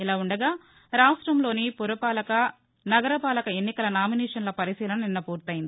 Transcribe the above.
ఇలా వుండగా రాష్ట్రంలోని పురపాలక నగరపాలక ఎన్నికల నామినేషన్ల పరిశీలన నిన్న పూర్తయ్యంది